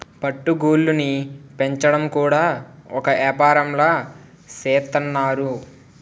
పట్టు గూళ్ళుని పెంచడం కూడా ఒక ఏపారంలా సేత్తన్నారు